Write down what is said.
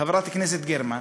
חברת הכנסת גרמן,